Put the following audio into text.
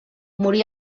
morí